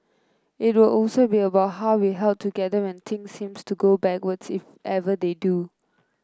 it will also be about how we held together when things seemed to go backwards if ever they do